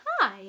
Hi